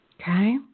okay